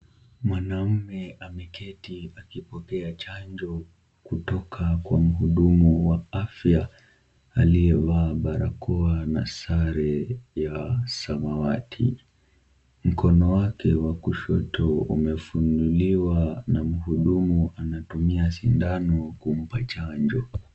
Mwanaume ameketi akipokea chanjo kutoka kwa mhudumu wa afya aliyevaa barakoa na sare ya samawati. Mkono wake wa kushoto umefunuliwa na mhudumu anatumia sindano kumpa chanjo.